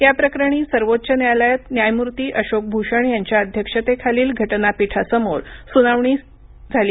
या प्रकरणी सर्वोच्च न्यायालयात न्यायमुर्ती अशोक भूषण यांच्या अध्यक्षतेखालील घटनापीठा समोर स्नावणी झाली